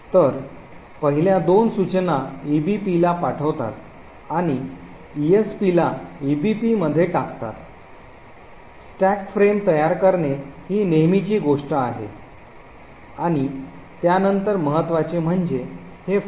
तर पहिल्या दोन सूचना EBPला पाठवतात आणि ESPला EBPमध्ये टाकतात स्टॅक फ्रेम तयार करणे हि नेहमीची गोष्ट आहे आणि त्यानंतर महत्त्वाचे म्हणजे हे function